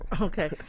okay